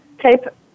type